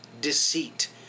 deceit